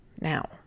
now